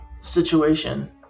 situation